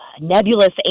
nebulous